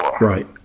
Right